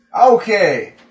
Okay